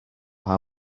how